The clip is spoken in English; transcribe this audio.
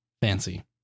fancy